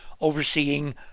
overseeing